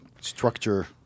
structure